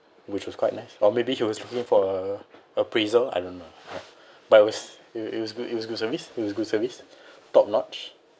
which was quite nice or maybe he was looking for a appraisal I don't know but it was it it was good it was good service it was good service top notch